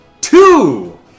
Two